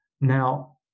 Now